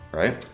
right